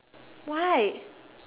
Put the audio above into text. why